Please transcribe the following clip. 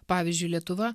pavyzdžiui lietuva